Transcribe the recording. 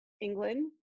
England